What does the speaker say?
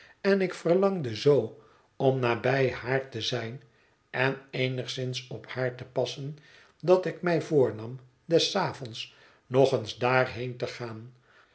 en ik verlangde zoo om nabij haar te zijn en eenigszins op haar te passen dat ik mij voornam des avonds nog eens daarheen te gaan